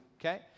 Okay